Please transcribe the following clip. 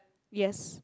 yes